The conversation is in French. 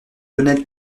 lionel